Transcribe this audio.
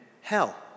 hell